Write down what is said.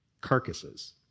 carcasses